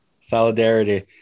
solidarity